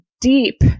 deep